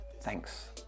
Thanks